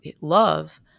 love